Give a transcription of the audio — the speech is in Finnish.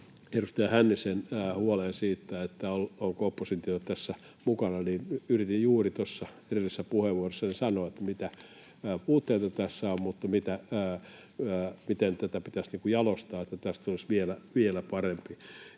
edustaja Hännisen huoleen siitä, onko oppositio tässä mukana: yritin juuri tuossa edellisessä puheenvuorossani sanoa, mitä puutteita tässä on ja miten tätä pitäisi jalostaa niin, että tästä tulisi vielä parempi.